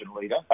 leader